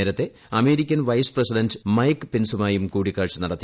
നേരത്തെ American vice president Mike പെൻസുമായും കൂടിക്കാഴ്ച നടത്തി